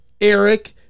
Eric